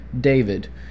david